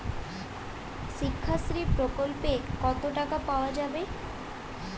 শিক্ষাশ্রী প্রকল্পে কতো টাকা পাওয়া যাবে?